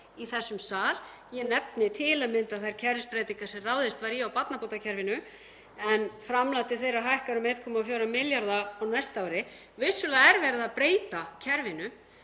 í þessum sal. Ég nefni til að mynda þær kerfisbreytingar sem ráðist var í á barnabótakerfinu en framlag til barnabóta hækkar um 1,4 milljarða á næsta ári. Vissulega er verið að breyta kerfinu.